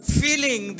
feeling